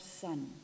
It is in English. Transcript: Son